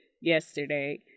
yesterday